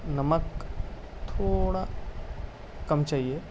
نمک تھوڑا کم چاہیے